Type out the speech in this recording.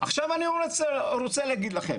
עכשיו אני רוצה להגיד לכם,